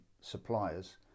suppliers